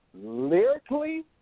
lyrically